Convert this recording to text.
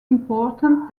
important